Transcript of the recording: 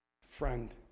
Friend